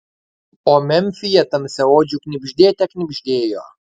o memfyje tamsiaodžių knibždėte knibždėjo